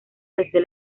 desde